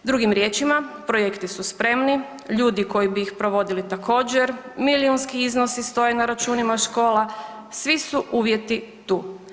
Drugim riječima, projekti su spremi, ljudi koji bi ih provodili također, milijunski iznosi stoje na računima škola, svi su uvjeti tu.